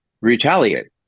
retaliate